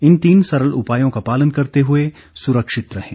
इन तीन सरल उपायों का पालन करते हुए सुरक्षित रहें